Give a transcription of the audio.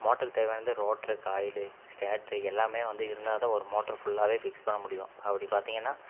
மோட்டருக்கு தேவையானது rotor coil stator எல்லாமே வந்து இருந்தால் தான் ஒரு மோட்ரு ஃபுல்லாவே ஃபிக்ஸ் பண்ண முடியும் அப்படி பார்த்தீங்கன்னா